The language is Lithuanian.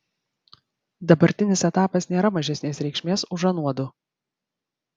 dabartinis etapas nėra mažesnės reikšmės už anuodu